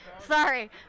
sorry